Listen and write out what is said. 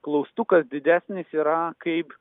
klaustukas didesnis yra kaip